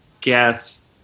guess